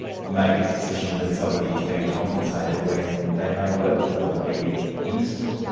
make a decision that somebody is being compensated when they may well not be innocent.